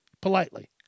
politely